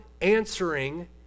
answering